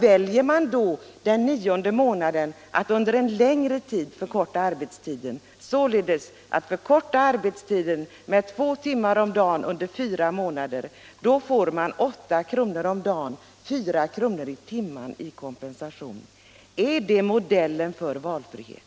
Väljer man då den nionde månaden att under en längre tid förkorta arbetstiden, således att förkorta arbetstiden med två timmar om dagen under fyra månader, får man 8 kr. om dagen, 4 kr. i timmen i kompensation. Är det modellen för valfrihet?